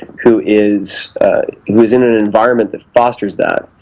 who is who is in an environment that fosters that,